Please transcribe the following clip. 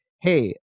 Hey